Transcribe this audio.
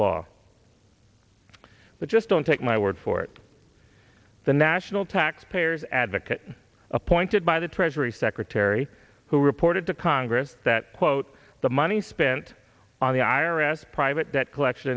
law but just don't take my word for it the national taxpayers advocate appointed by the treasury secretary who reported to congress that quote the money spent on the i r s private debt collection